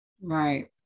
Right